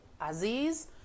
Aziz